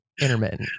Intermittent